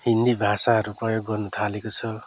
हिन्दी भाषाहरू प्रयोग गर्नु थालेको छ